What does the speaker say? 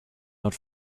not